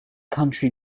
country